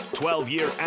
12-year